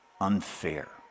unfair